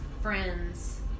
friends